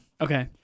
Okay